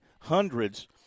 hundreds